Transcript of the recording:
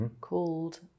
Called